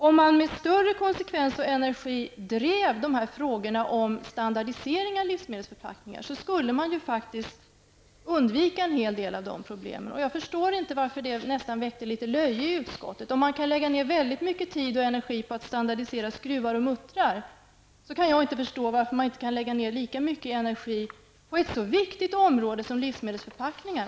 Om man med större konsekvens och energi drev frågorna om standardisering av livsmedelsförpackningar, skulle man undvika en hel del av de här problemen. Jag förstår inte varför den tanken nästan väckte litet löje i utskottet. När det kan läggas ned väldigt mycket tid på att standardisera skruvar och muttrar, kan jag inte förstå varför man inte kan lägga ned lika mycket energi på ett så viktigt område som livsmedelsförpackningar.